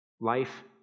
life